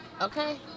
Okay